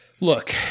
Look